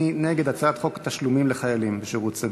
מי נגד הצעת חוק תשלומים לחיילים בשירות סדיר?